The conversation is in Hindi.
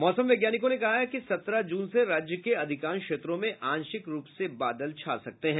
मौसम वैज्ञानिकों ने कहा है कि सत्रह जून से राज्य के अधिकांश क्षेत्रों में आंशिक रूप से बादल छा सकते हैं